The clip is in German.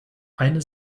eine